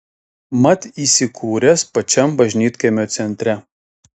mat įsikūręs pačiam bažnytkaimio centre